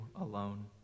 alone